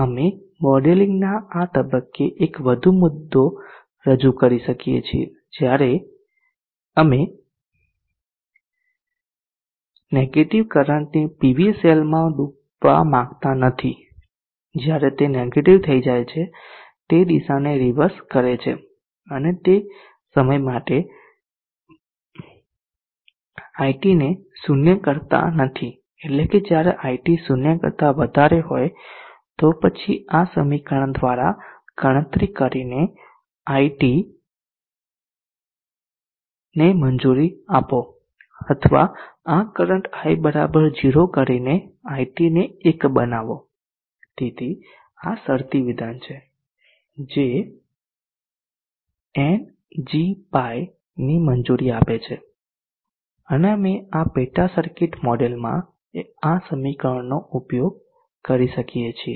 અમે મોડેલિંગના આ તબક્કે એક વધુ મુદ્દો રજૂ કરી શકીએ છીએ જ્યારે અમે નેગેટીવ કરંટને પીવી સેલમાં ડૂબવા માંગતા નથી જ્યારે તે નેગેટીવ થઈ જાય છે જે દિશાને રીવર્સ કરે છે અમે તે સમયે તે માટે iT ને 0 કરતા નથી એટલે કે જ્યારે iT 0 કરતા વધારે હોય તો પછી આ સમીકરણ દ્વારા ગણતરી કરીને iT to ને મંજૂરી આપો અથવા આ કરંટ i 0 કરીને iT ને 1 બનાવો તેથી આ શરતી વિધાન છે જે ngπ ની મંજૂરી આપે છે અને અમે આ પેટા સર્કિટ મોડેલમાં આ સમીકરણનો ઉપયોગ કરી શકીએ છીએ